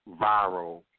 viral